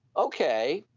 okay,